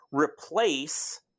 replace